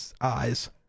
eyes